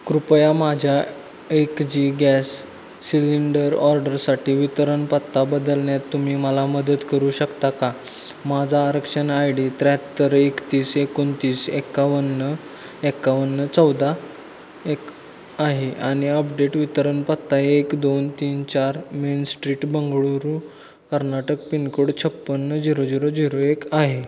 कृपया माझ्या ए क जी गॅस सिलेंडर ऑर्डरसाठी वितरण पत्ता बदलण्यात तुम्ही मला मदत करू शकता का माझा आरक्षण आय डी त्र्याहत्तर एकतीस एकोणतीस एकावन्न एकावन्न चौदा एक आहे आणि अपडेट वितरण पत्ता एक दोन तीन चार main street Bengaluru Karnataka pincode छप्पन्न झिरो झिरो झिरो एक आहे